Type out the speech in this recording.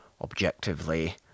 objectively